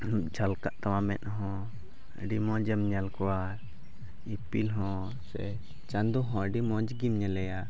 ᱡᱷᱟᱞᱠᱟᱜ ᱛᱟᱢᱟ ᱢᱮᱫ ᱦᱚᱸ ᱟᱹᱰᱤ ᱢᱚᱡᱮᱢ ᱧᱮᱞ ᱠᱚᱣᱟ ᱤᱯᱤᱞ ᱦᱚᱸ ᱥᱮ ᱪᱟᱸᱫᱚ ᱦᱚᱸ ᱟᱹᱰᱤ ᱢᱚᱡᱽ ᱜᱮᱢ ᱧᱮᱞᱮᱭᱟ